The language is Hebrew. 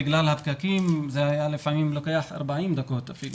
בגלל הפקקים זה היה לפעמים לוקח 40 דקות אפילו,